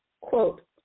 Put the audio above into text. quote